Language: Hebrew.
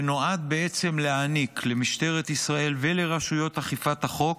שנועד להעניק למשטרת ישראל ולרשויות אכיפת החוק